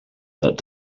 that